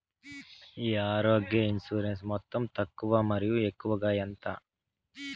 ఈ ఆరోగ్య ఇన్సూరెన్సు మొత్తం తక్కువ మరియు ఎక్కువగా ఎంత?